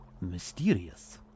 mysterious